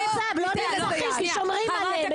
--- לא נרצחים כי שומרים עליהם,